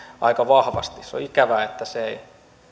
aika vahvasti se on ikävää että se ei